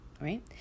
right